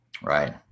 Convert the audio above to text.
right